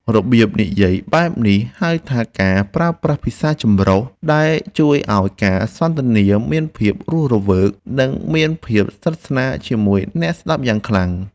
របៀបនិយាយបែបនេះហៅថាការប្រើប្រាស់ភាសាចម្រុះដែលជួយឱ្យការសន្ទនាមានភាពរស់រវើក និងមានភាពជិតស្និទ្ធជាមួយអ្នកស្តាប់យ៉ាងខ្លាំង។